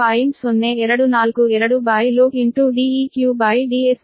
0242log DeqDs µfkm ಗೆ ಸಮಾನವಾಗಿರುತ್ತದೆ